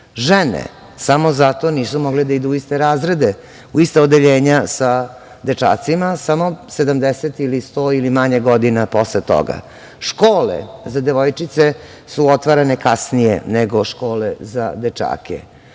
žene, samo zato nisu mogle da idu u iste razrede, u ista odeljenja sa dečacima, samo 70 ili 100 godina posle toga. Škole za devojčice su otvarane kasnije nego škole za dečake. Imate